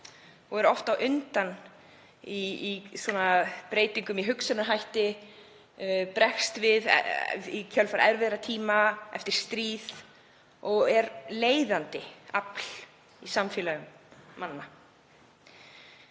og er oft á undan í breytingum í hugsunarhætti, bregst við í kjölfar erfiðra tíma, eftir stríð og er leiðandi afl í samfélögum manna.